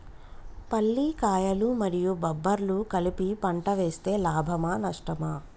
పల్లికాయలు మరియు బబ్బర్లు కలిపి పంట వేస్తే లాభమా? నష్టమా?